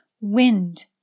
Wind